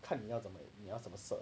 看你要怎么你要怎么射